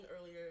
earlier